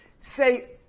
Say